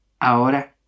Ahora